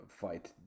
fight